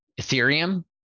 Ethereum